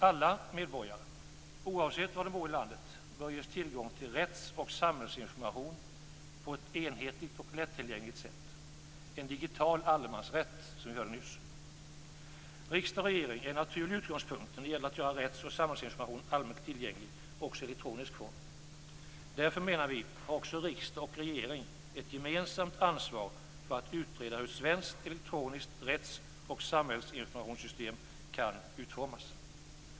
Alla medborgare, oavsett var de bor i landet, bör ges tillgång till rätts och samhällsinformation på ett enhetligt och lättillgängligt sätt - en digital allemansrätt, som någon nyss kallade det. Riksdag och regering är en naturlig utgångspunkt när det gäller att göra rätts och samhällsinformation allmänt tillgänglig även i elektronisk form. Därför menar vi att också riksdag och regering har ett gemensamt ansvar för att utreda hur ett svenskt elektroniskt rätts och samhällsinformationssystem kan utformas.